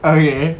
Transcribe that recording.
okay